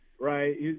Right